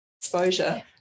exposure